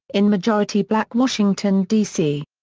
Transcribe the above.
in majority-black washington d c.